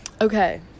Okay